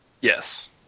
Yes